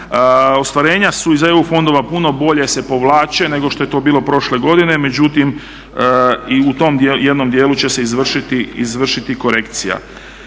ostvarenja iz EU fondova puno bolje se povlače nego što je to bilo prošle godine, međutim i u tom jednom dijelu će se izvršiti korekcija.